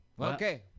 Okay